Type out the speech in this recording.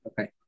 Okay